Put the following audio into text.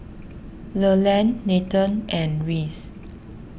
Leland Nathen and Reese